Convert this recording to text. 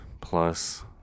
Plus